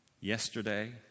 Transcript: yesterday